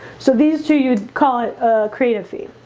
so these two you'd call it a creative fee